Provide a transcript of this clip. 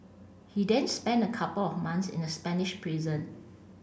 he then spent a couple of months in a Spanish prison